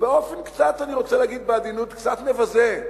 ובאופן קצת, אני רוצה להגיד בעדינות, קצת מבזה.